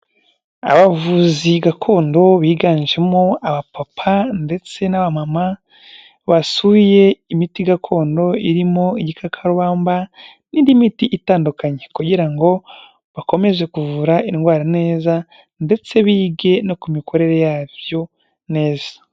Abavuzi gakondo biganjemo abapapa ndetse n'abamama basuye imiti gakondo irimo igikakarubamba n'indi miti itandukanye kugira ngo bakomeze kuvura indwara neza ndetse bige no ku mikorere yabyo neza.